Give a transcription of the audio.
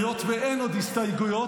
היות שאין עוד הסתייגויות,